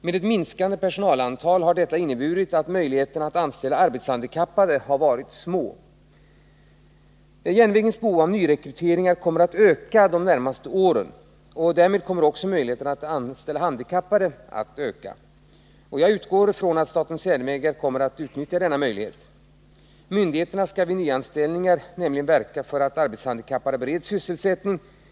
Med ett minskande personalantal har detta inneburit att möjligheterna att anställa arbetshandikappade har varit små. SJ:s behov av nyrekryteringar kommer att öka under de närmaste åren. Därmed kommer också möjligheterna att anställa handikappade att öka. Jag utgår från att SJ kommer att utnyttja denna möjlighet. Myndigheterna skall vid nyanställningar nämligen verka för att arbetshandikappade bereds sysselsättning.